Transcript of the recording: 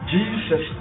Jesus